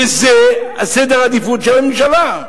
וזה סדר העדיפות של הממשלה.